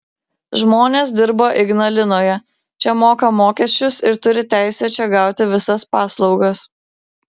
žmonės dirba ignalinoje čia moka mokesčius ir turi teisę čia gauti visas paslaugas